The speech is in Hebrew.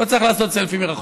לא צריך לעשות סלפי מרחוק.